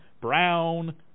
brown